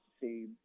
see